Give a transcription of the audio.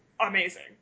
amazing